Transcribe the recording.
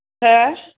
हो